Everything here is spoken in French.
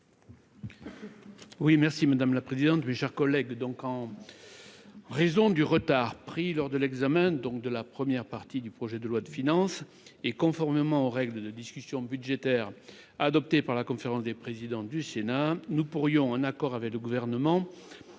Oui merci madame la présidente, mes chers collègues, donc en raison du retard pris lors de l'examen, donc de la première partie du projet de loi de finances et conformément aux règles de discussion budgétaire adopté par la conférence des présidents du Sénat, nous pourrions un accord avec le gouvernement,